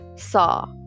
Saw